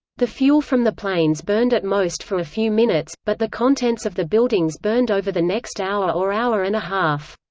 the fuel from the planes burned at most for a few minutes, but the contents of the buildings burned over the next hour or hour and a half.